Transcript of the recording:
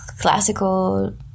classical